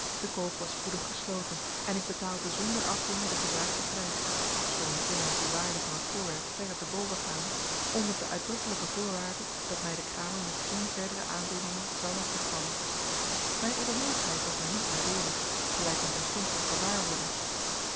de koop was spoedig gesloten en ik betaalde zonder afdingen den gevraagden prijs ofschoon de innerlijke waarde van het voorwerp verre te bovengaande onder de uitdrukkelijke voorwaarde dat mij de kramer met geene verdere aanbiedingen zou lastig vallen mijn edelmoedigheid was mij niet nadeelig gelijk men terstond zal gewaarworden